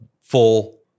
full